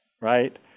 right